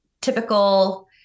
typical